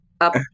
Up